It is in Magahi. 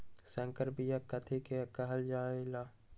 संकर बिया कथि के कहल जा लई?